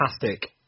fantastic